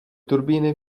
turbíny